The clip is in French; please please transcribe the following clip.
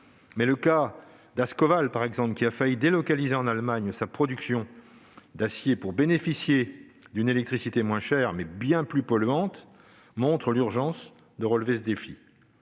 mais le cas d'Ascoval, qui a failli délocaliser en Allemagne sa production d'acier pour bénéficier d'une électricité moins chère, mais bien plus polluante, montre qu'il y a urgence à relever ce défi.